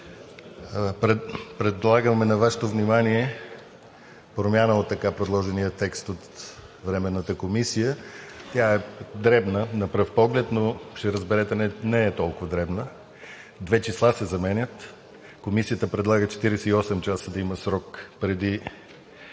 Предлагаме на Вашето внимание промяна в така предложения текст от Временната комисия. Тя е дребна на пръв поглед, но ще разберете, че не е толкова дребна – две числа се заменят. Комисията предлага 72 часа да има срок преди